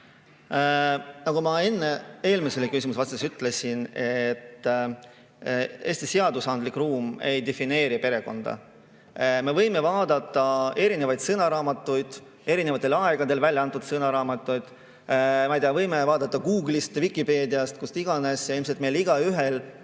Nagu ma eelmisele küsimusele vastates ütlesin, Eesti seadusandlik ruum ei defineeri perekonda. Me võime vaadata erinevaid sõnaraamatuid, erinevatel aegadel välja antud sõnaraamatuid. Ma ei tea, võime vaadata Google'ist, Vikipeediast, kust iganes. Ilmselt on meil igaühel